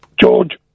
george